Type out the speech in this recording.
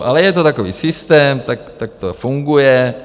Ale je to takový systém, tak to funguje.